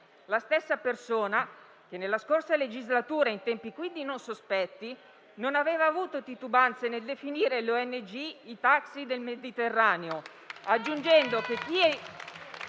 la stessa persona che nella scorsa legislatura, in tempi quindi non sospetti, non aveva avuto titubanze nel definire le ONG i *taxi* del Mediterraneo